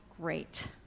great